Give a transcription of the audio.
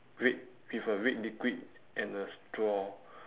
with a red liquid and a straw